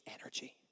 energy